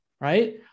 right